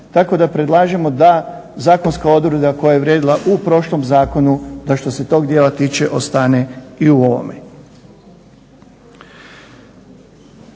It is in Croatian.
Tako da predlažemo da zakonska odredba koja je vrijedila u prošlom zakonu da što se tog dijela tiče ostane i u ovome.